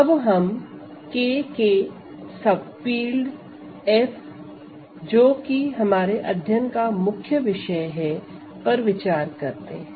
अब हम K के सब फील्ड F जो कि हमारे अध्ययन का मुख्य विषय है पर विचार करते हैं